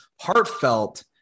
heartfelt